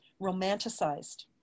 romanticized